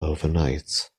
overnight